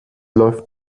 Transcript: läuft